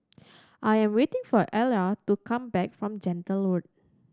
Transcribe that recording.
I am waiting for Ayla to come back from Gentle Road